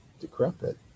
decrepit